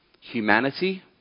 humanity